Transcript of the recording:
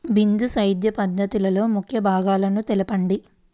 బిందు సేద్య పద్ధతిలో ముఖ్య భాగాలను తెలుపండి?